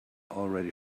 already